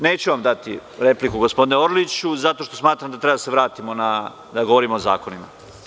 Neću vam dati repliku gospodine Orliću, zato što smatram da treba da se vratimo da govorimo o zakonima.